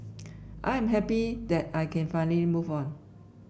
I am happy that I can finally move on